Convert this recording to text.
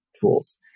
tools